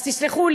אז תסלחו לי,